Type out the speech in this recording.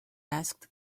asked